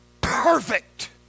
perfect